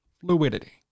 Fluidity